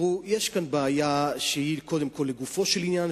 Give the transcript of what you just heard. יש כאן בעיה שהיא קודם כול לגופו של עניין,